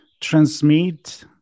transmit